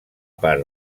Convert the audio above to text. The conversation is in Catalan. part